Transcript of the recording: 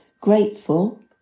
grateful